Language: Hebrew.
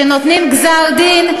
שנותנים גזר-דין,